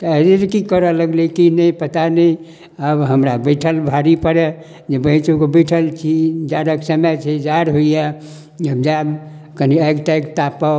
कि करऽ लगलै कि नहि पता नहि आब हमरा बैठल भारी पड़ए जे बैठल छी जारक समय छै जाढ़ होइया जाएब कनि आगि तागि तापब